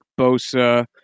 Bosa